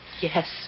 Yes